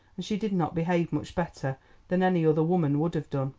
and she did not behave much better than any other woman would have done.